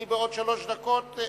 אני בעוד שלוש דקות,